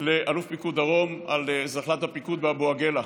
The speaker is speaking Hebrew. לאלוף פיקוד דרום על זחל"ד הפיקוד באבו עגילה.